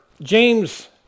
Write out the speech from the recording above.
James